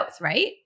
right